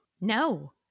No